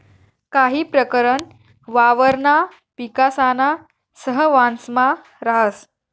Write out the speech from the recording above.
काही प्रकरण वावरणा पिकासाना सहवांसमा राहस